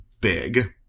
big